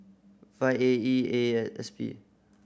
five A E A eight S P